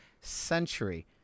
century